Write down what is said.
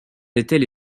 étaient